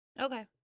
Okay